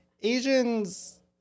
Asians